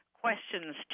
questions